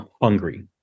hungry